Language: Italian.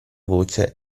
voce